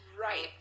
Right